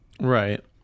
Right